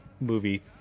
movie